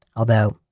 although,